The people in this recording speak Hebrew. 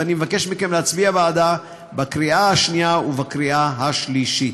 ואני מבקש מכם להצביע בעדה בקריאה שנייה ובקריאה שלישית.